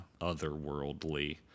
otherworldly